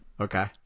Okay